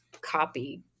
copy